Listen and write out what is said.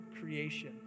creation